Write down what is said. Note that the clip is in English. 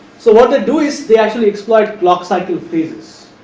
so, what they do is they actually exploit clock cycle phases